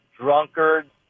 drunkards